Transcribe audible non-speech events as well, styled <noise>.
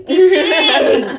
<laughs>